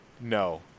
no